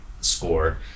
score